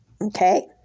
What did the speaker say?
Okay